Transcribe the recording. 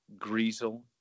Greasel